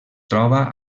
troba